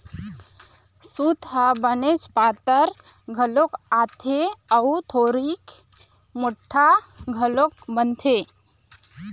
सूत ह बनेच पातर घलोक आथे अउ थोरिक मोठ्ठा घलोक बनथे